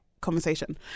conversation